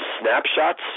Snapshots